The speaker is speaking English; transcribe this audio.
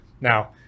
Now